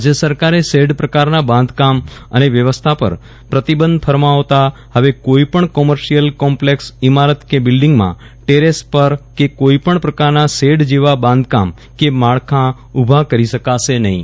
રાજ્ય સરકારે શેડ પ્રકારના બાંધકામ અને વ્યવસ્થા પર પ્રતિબંધ ફરમાવતાં હવે કોઇ પણ કોમર્શિયલ કોમ્પલેક્ષ ઇમારત કે બિલ્ડિંગમાં ટેરેસ પર કે કોઇ પણ પ્રકારના શેડ જેવા બાંધકામ કે માળખા ઊભા કરી શકાશે નફીં